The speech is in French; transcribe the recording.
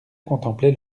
contemplait